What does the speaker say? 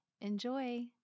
Enjoy